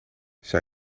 zij